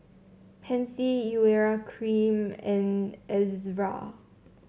Pansy Urea Cream and Ezerra